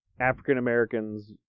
African-Americans